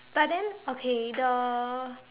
but then okay the